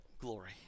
glory